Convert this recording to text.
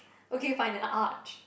okay fine an arch